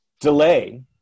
delay